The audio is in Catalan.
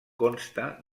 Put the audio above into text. consta